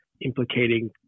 implicating